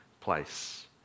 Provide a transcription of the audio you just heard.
place